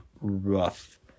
rough